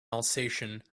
alsatian